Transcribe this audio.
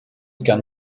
gan